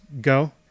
go